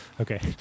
okay